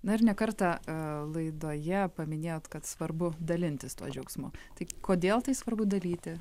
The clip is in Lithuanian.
na ir ne kartą laidoje paminėjot kad svarbu dalintis tuo džiaugsmu tai kodėl tai svarbu daryti